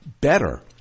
better